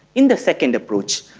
in the second approach,